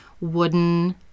wooden